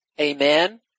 Amen